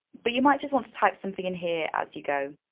but you might just want to type something in here as you go.